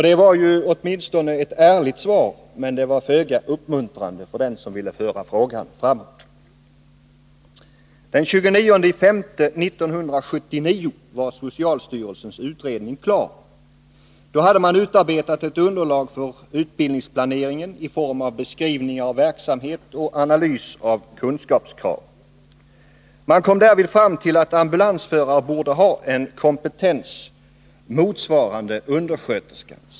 Det var ju åtminstone ett ärligt svar, men det var föga uppmuntrande för den som ville föra frågan framåt. Den 29 maj 1979 var socialstyrelsens utredning klar. Då hade man utarbetat ett underlag för utbildningsplaneringen i form av beskrivningar av verksamhet och analys av kunskapskrav. Man kom därvid fram till att ambulansförare borde ha en kompetens motsvarande undersköterskans.